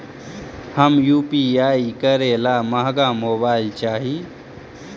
हम यु.पी.आई करे ला महंगा मोबाईल चाही?